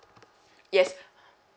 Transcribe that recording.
yes